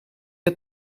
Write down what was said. het